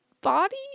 body